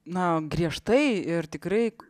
na griežtai ir tikrai